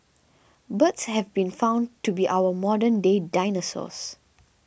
birds have been found to be our modern day dinosaurs